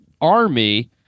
Army